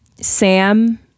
Sam